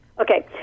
Okay